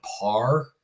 par